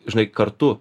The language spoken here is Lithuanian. žinai kartu